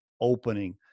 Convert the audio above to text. opening